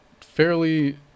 fairly